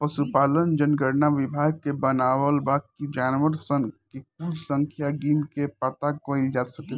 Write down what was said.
पसुपालन जनगणना विभाग के बनावल बा कि जानवर सन के कुल संख्या गिन के पाता कइल जा सके